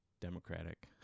democratic